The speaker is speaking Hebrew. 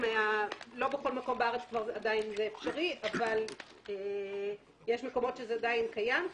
לא בכל מקום בארץ זה עדיין אפשרי אבל יש מקומות שזה עדיין קיים.